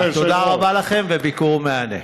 תודה רבה לכם וביקור מהנה.